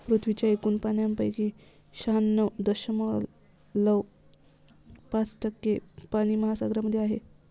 पृथ्वीच्या एकूण पाण्यापैकी शहाण्णव दशमलव पाच टक्के पाणी महासागरांमध्ये आहे